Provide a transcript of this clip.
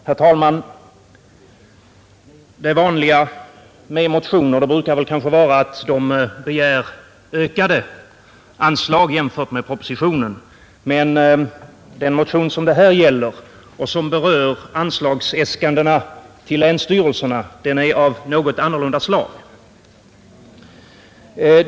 Herr talman! Det vanliga med motioner brukar väl vara att de begär ökade anslag jämfört med propositionen, men den motion det här gäller och som berör anslagsäskandena till länsstyrelserna är av något annorlunda slag.